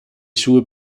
sue